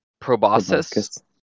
proboscis